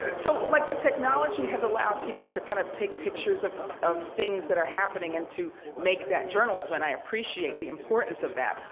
so like the technology has allowed people to kind of take pictures of of things that are happening and to make that journalism. and i appreciate the importance of that.